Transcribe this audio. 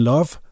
Love